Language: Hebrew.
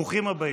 ברוכים הבאים.